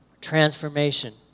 transformation